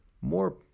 more